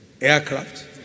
aircraft